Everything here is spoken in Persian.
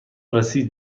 رسید